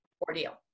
ordeal